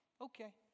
okay